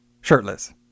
shirtless